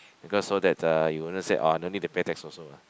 because so that uh you wouldn't say oh I no need to pay tax also ah